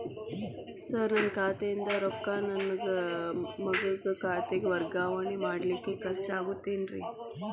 Sir ನನ್ನ ಖಾತೆಯಿಂದ ರೊಕ್ಕ ನನ್ನ ಮಗನ ಖಾತೆಗೆ ವರ್ಗಾವಣೆ ಮಾಡಲಿಕ್ಕೆ ಖರ್ಚ್ ಆಗುತ್ತೇನ್ರಿ?